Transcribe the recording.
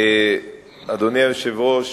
אדוני היושב-ראש,